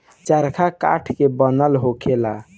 चरखा काठ के बनल होखेला